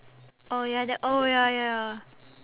orh ya that oh ya ya